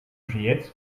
ocellets